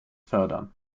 fördern